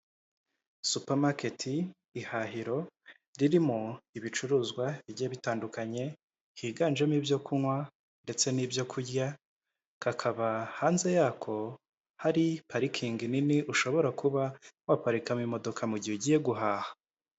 Supamaketi, ihahiro ririmo ibicuruzwa bigiye bitandukanye higanjemo ibyo kunywa ndetse n'ibyo kurya, kakaba hanze yako hari parikingi nini ushobora kuba waparikamo imodoka mu gihe ugiye guhaha.